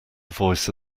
voice